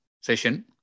session